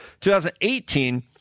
2018